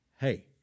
hey